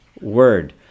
word